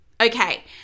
Okay